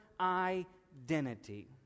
identity